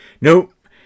Nope